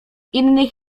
innych